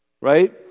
right